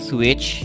Switch